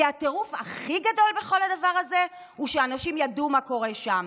כי הטירוף הכי גדול בכל הדבר הזה הוא שאנשים ידעו מה קורה שם.